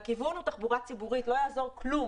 והכיוון הוא תחבורה ציבורית לא יעזור כלום.